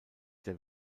der